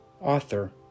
Author